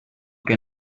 que